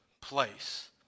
place